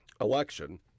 election